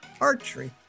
archery